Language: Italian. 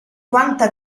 quanta